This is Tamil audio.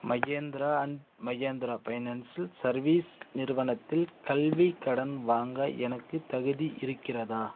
Mahindra and Mahindra financial services நிறுவனத்தில் கல்விக் கடன் வாங்க எனக்குத் தகுதி இருக்கிறதா